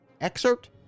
excerpt